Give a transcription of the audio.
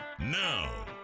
Now